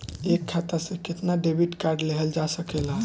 एक खाता से केतना डेबिट कार्ड लेहल जा सकेला?